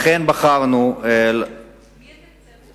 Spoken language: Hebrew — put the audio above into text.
מי יתקצב?